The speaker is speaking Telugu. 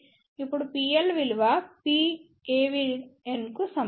ఇప్పుడు Pl విలువ PAVN కు సమానం